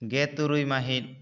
ᱜᱮᱛᱩᱨᱩᱭ ᱢᱟᱹᱦᱤᱛ